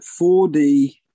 4D